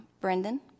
Brendan